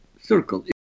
circle